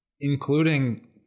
including